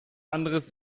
anderes